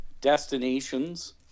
destinations